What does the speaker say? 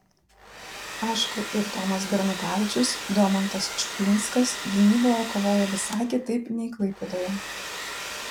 aišku ir tomas bernatavičius domantas čuplinskas gynyboje kovojo visai kitaip nei klaipėdoje